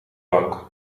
bank